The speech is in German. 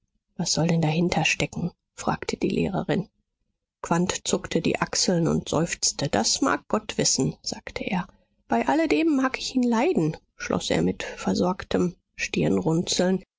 was soll denn dahinter stecken fragte die lehrerin quandt zuckte die achseln und seufzte das mag gott wissen sagte er bei alledem mag ich ihn leiden schloß er mit versorgtem